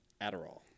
Adderall